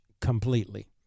completely